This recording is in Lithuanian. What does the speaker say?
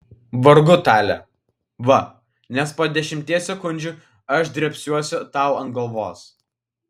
vargu tale va nes po dešimties sekundžių aš drėbsiuosi tau ant galvos